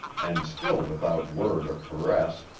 and, still without word or caress,